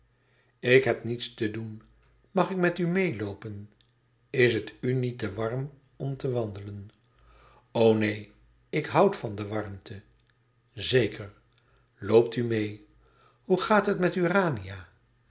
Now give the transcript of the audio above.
ik heb niets te doen mag ik met u meêloopen is het u niet te warm om te wandelen o neen ik hoû van de warmte zeker loopt u meê hoe gaat het met urania